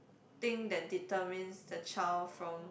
thing that determines the child from